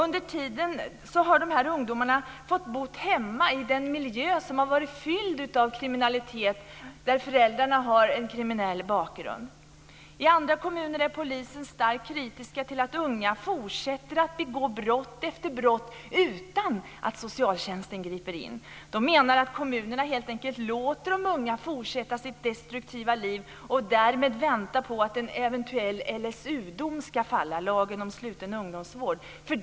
Under tiden har ungdomarna fått bo hemma i en miljö som har varit fylld av kriminalitet, där föräldrarna har en kriminell bakgrund. I andra kommuner är polisen starkt kritisk till att unga fortsätter att begå brott efter brott utan att socialtjänsten griper in. Man menar att kommunerna helt enkelt låter de unga fortsätta sitt destruktiva liv och därmed väntar på att en eventuell dom enligt LSU, lagen om sluten ungdomsvård, ska falla.